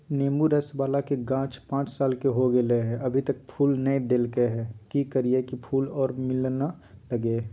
नेंबू रस बाला के गाछ पांच साल के हो गेलै हैं अभी तक फूल नय देलके है, की करियय की फूल और फल मिलना लगे?